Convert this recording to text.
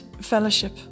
fellowship